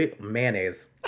Mayonnaise